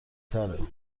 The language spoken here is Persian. تره